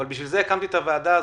בשביל זה הקמתי את הוועדה הזאת,